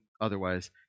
otherwise